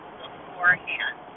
beforehand